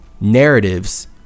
narratives